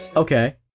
Okay